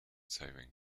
saving